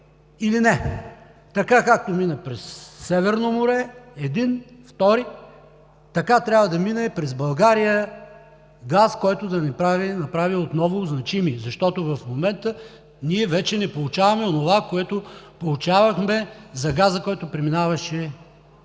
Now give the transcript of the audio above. или не. Така както мина през Северно море – един, втори, така и през България трябва да мине газ, който да ни направи отново значими, защото в момента ние вече не получаваме онова, което получавахме за газа, който преминаваше